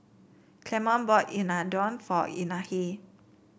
Clemon bought Unadon for Anahi